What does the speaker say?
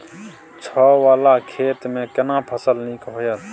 छै ॉंव वाला खेत में केना फसल नीक होयत?